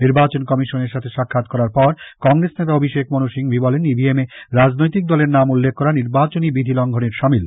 নির্বাচন কমিশনের সাথে সাক্ষাৎ করার পর কংগ্রেস নেতা অভিষেক মনু সিংভি বলেন ইভিএম এ রাজনৈতিক দলের নাম উল্লেখ করা নির্বাচনী বিধি লঙ্ঘনের সামিল